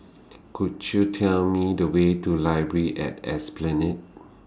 Could YOU Tell Me The Way to Library At Esplanade